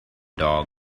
dog